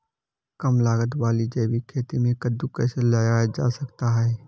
कम लागत वाली जैविक खेती में कद्दू कैसे लगाया जा सकता है?